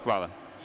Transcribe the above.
Hvala.